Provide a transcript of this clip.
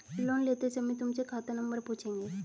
loan लेते समय तुमसे खाता नंबर पूछेंगे